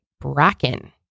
bracken